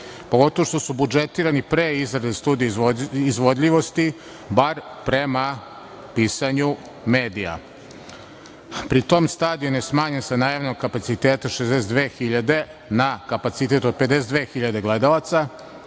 Pogotovu što su izbudžetirani pre izrade studije izvodljivosti, bar prema pisanju medija. Pri tome, stadion je smanjen sa najavljenog kapaciteta 62.000 na kapacitet od 52.000 gledalaca